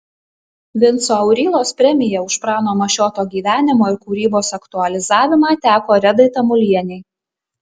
vinco aurylos premija už prano mašioto gyvenimo ir kūrybos aktualizavimą teko redai tamulienei